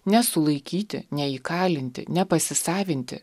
nesulaikyti neįkalinti nepasisavinti